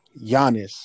Giannis